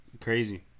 Crazy